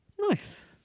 nice